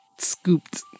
scooped